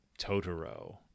Totoro